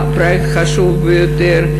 פרויקט חשוב ביותר.